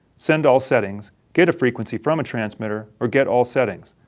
send all settings, get a frequency from a transmitter, or get all settings.